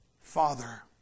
Father